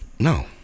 No